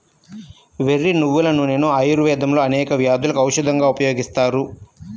వెర్రి నువ్వుల నూనెను ఆయుర్వేదంలో అనేక వ్యాధులకు ఔషధంగా ఉపయోగిస్తారు